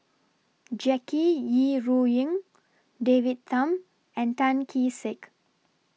Jackie Yi Ru Ying David Tham and Tan Kee Sek